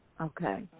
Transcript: Okay